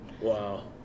wow